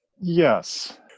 Yes